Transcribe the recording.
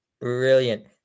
brilliant